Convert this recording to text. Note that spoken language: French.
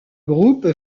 groupe